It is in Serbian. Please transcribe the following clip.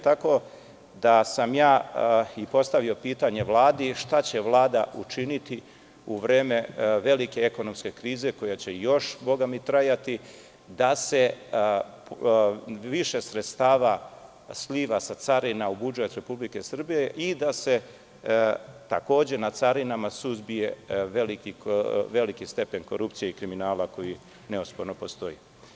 Tako da sam postavio pitanje Vladi – šta će Vlada učiniti u vreme velike ekonomske krize koja će još trajati da se više sredstava sliva sa carina u budžet RS i da se takođe na carinama suzbije veliki stepen korupcije i kriminala koji neosporno postoji?